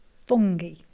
Fungi